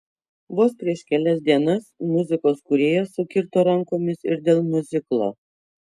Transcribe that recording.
vos prieš kelias dienas muzikos kūrėjas sukirto rankomis ir dėl miuziklo